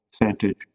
percentage